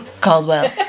Caldwell